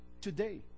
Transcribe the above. today